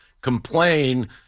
complain